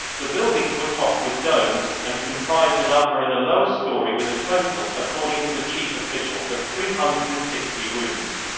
the buildings were topped with domes, and comprised an upper and a lower storey with a total, according to the chief official, of three hundred and sixty rooms.